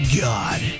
God